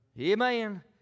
Amen